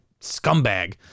scumbag